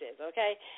okay